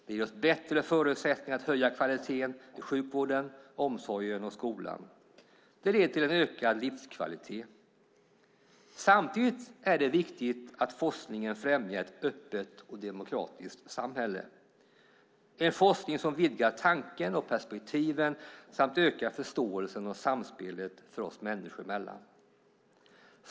Det ger oss bättre förutsättningar att höja kvaliteten i sjukvården, omsorgen och skolan. Det leder till en ökad livskvalitet. Samtidigt är det viktigt att forskningen främjar ett öppet och demokratiskt samhälle, en forskning som vidgar tanken och perspektiven samt ökar förståelsen och samspelet oss människor emellan.